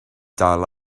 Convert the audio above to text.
dal